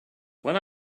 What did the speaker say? when